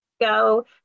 go